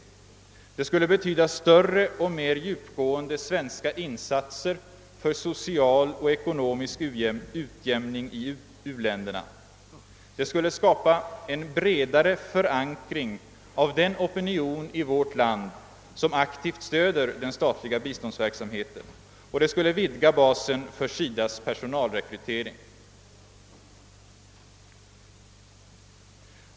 Det skulle betyda större och mera djupgående svenska insatser för social och ekonomisk utjämning i u-länderna. Det skulle skapa en bredare förankring av den opinion i vårt land som aktivt stöder den statliga biståndsverksamheten, och det skulle vidga basen för SIDA:s personalrekrytering.